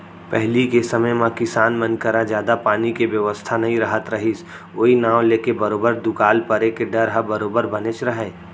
पहिली के समे म किसान मन करा जादा पानी के बेवस्था नइ रहत रहिस ओई नांव लेके बरोबर दुकाल परे के डर ह बरोबर बनेच रहय